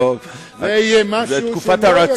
זה יהיה משהו שלא יהיה כדרך אגב.